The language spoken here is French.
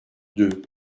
deux